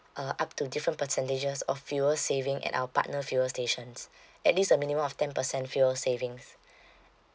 uh up to different percentages of fuel saving at our partner fuel stations at least a minimum of ten percent fuel savings